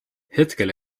hetkel